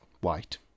white